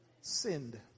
sinned